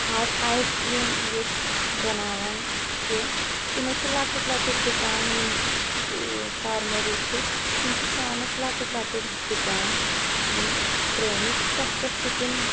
آز ice cream یُس بَناوان چھِ تِمَے چھِ لۄکٕٹۍ لۄکٕٹۍ دُکان یِم فارمٲرٕز چھِ تِم چھِ شامنَس لۄکٕٹۍ لۄکٕٹۍ دُکان یِم ترٛٲیمٕتۍ تَتھ پٮ۪ٹھ چھِ تِم